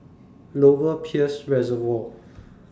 Lower Peirce Reservoir